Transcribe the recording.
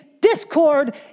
discord